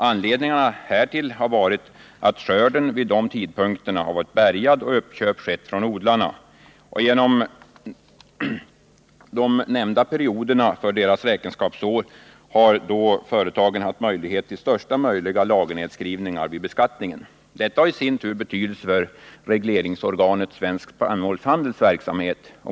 Anledningen härtill har varit att skörden vid dessa tidpunkter är bärgad och uppköp skett från odlarna. Genom de nämnda perioderna för räkenskapsår har företagen haft möjlighet till största möjliga lagernedskrivning vid beskattningen. Detta har i sin tur betydelse för regleringsorganet Svensk spannmålshandels verksamhet.